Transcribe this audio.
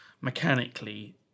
mechanically